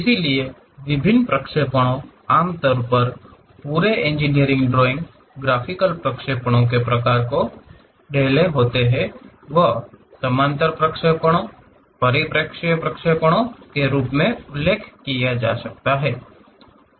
इसलिए विभिन्न प्रक्षेपणों आमतौर पर पूरे इंजीनियरिंग ड्राइंग ग्राफिकल प्रक्षेपणों के प्रकार को डेलहे तो वह समानांतर प्रक्षेपणों और परिप्रेक्ष्य प्रक्षेपणों के रूप में उल्लेख किया जा सकता है